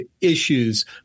issues